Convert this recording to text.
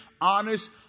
honest